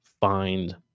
find